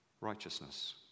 righteousness